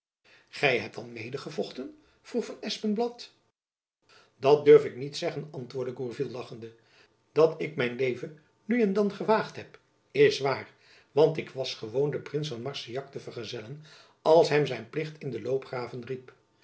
gy hebt dan mede gevochten vroeg van espenblad dat durf ik niet zeggen antwoordde gourville lachende dat ik mijn leven nu en dan gewaagd heb is waar want ik was gewoon den prins van marsillac te vergezellen als hem zijn plicht in de loopgraven riep